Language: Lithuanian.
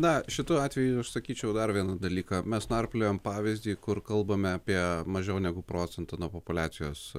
na šituo atveju aš sakyčiau dar vieną dalyką mes narpliojam pavyzdį kur kalbame apie mažiau negu procentą populiacijos